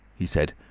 he said,